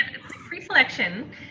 pre-selection